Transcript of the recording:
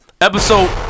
episode